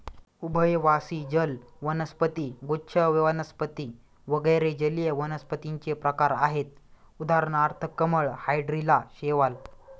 उभयवासी जल वनस्पती, गुच्छ वनस्पती वगैरे जलीय वनस्पतींचे प्रकार आहेत उदाहरणार्थ कमळ, हायड्रीला, शैवाल